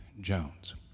jones